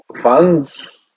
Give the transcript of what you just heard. Funds